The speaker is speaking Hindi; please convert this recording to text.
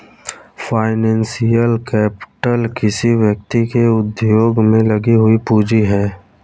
फाइनेंशियल कैपिटल किसी व्यक्ति के उद्योग में लगी हुई पूंजी है